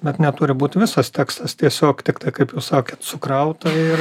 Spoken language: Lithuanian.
bet neturi būt visas tekstas tiesiog tiktai kaip jūs sakėt sukrauta ir